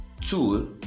tool